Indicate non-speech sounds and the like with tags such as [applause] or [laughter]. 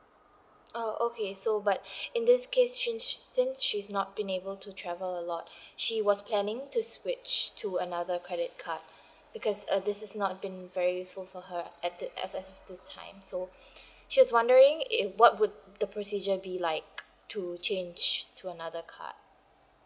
oh okay so but [breath] in this case since she's not been able to travel a lot [breath] she was planning to switch to another credit card because uh this is not been very useful for her at the as as this time so [breath] she's wondering if what would the procedure be like to change to another card